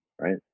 right